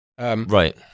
Right